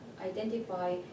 identify